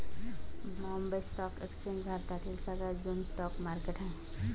Bombay stock exchange भारतातील सगळ्यात जुन स्टॉक मार्केट आहे